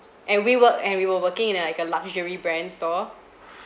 and we work and we were working in a like a luxury brand store